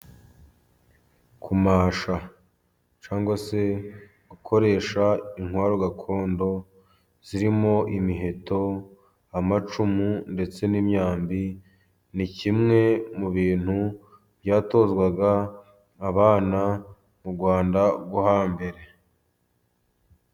Kumasha cyangwa se gukoresha intwaro gakondo zirimo imiheto, amacumu ndetse n'imyambi, ni kimwe mu bintu byatozwaga abana mu Rwanda rwo hambere.